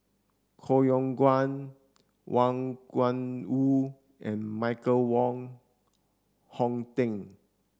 Koh Yong Guan Wang Gungwu and Michael Wong Hong Teng